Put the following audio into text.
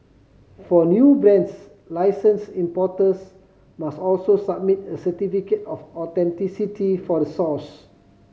for new brands licensed importers must also submit a certificate of authenticity for the source